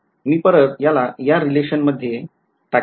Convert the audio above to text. मी परत याला या रिलेशन मध्ये टाकेल